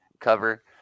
cover